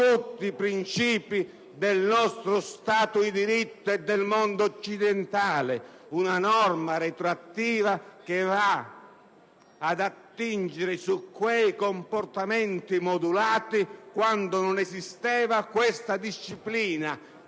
tutti i principi del nostro Stato di diritto e del mondo occidentale! È una norma retroattiva che va ad attingere su quei comportamenti modulati quando non esisteva tale disciplina.